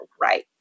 right